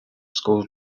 school